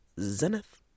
Zenith